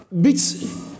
Beats